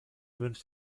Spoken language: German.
wünscht